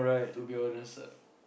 to be honest ah